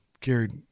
Carried